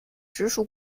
直属